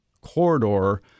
corridor